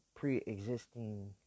Pre-existing